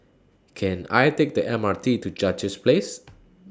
Can I Take The M R T to Duchess Place